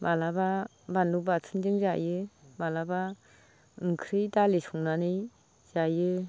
माब्लाबा बानलु बाथोनजों जायो माब्लाबा ओंख्रि दालि संनानै जायो